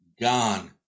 Gone